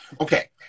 okay